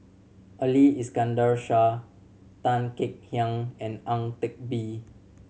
Ali Iskandar Shah Tan Kek Hiang and Ang Teck Bee